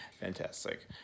Fantastic